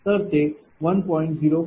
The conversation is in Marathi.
तर ते 1